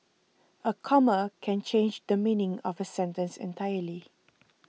a comma can change the meaning of a sentence entirely